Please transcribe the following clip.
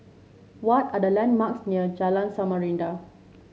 what are the landmarks near Jalan Samarinda